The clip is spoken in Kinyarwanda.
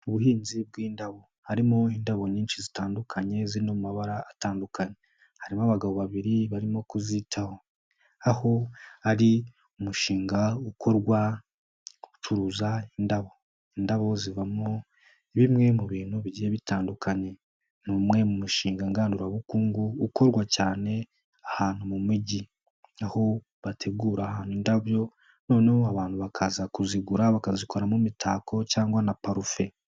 Ubuhinzi bw'indabo, harimo indabo nyinshi zitandukanye ziri no mu mabara atandukanye, harimo abagabo babiri barimo kuzitaho, aho ari umushinga ukorwa wo gucuruza indabo, indabo zivamo bimwe mu bintu bigiye bitandukanye, ni umwe mu mishinga ngandurabukungu, ukorwa cyane ahantu mu mijyi, aho bategura ahantu indabyo, noneho abantu bakaza kuzigura, bakazikoramo imitako cyangwa na parufe.